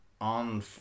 on